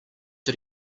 did